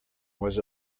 was